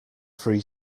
free